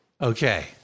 Okay